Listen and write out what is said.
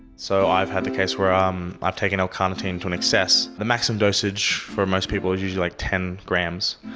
so i've had the case where um i've taken l-carnitine to an excess. the maximum dosage for most people is usually like ten g, so